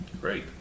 great